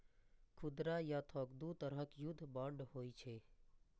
खुदरा आ थोक दू तरहक युद्ध बांड होइ छै